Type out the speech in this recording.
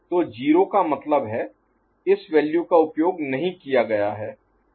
तो 0 का मतलब है इस वैल्यू का उपयोग नहीं किया गया है